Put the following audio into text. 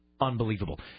unbelievable